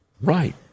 Right